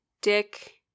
Dick